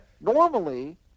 Normally